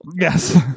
Yes